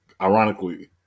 ironically